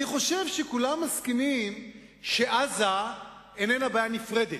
אני חושב שכולם מסכימים שעזה איננה בעיה נפרדת.